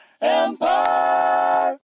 Empire